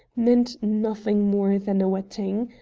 meant nothing more than a wetting.